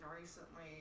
recently